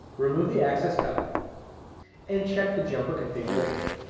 remove the access cover and check the jumper configuration.